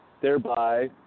Thereby